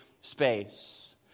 space